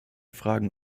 fragen